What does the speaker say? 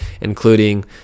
including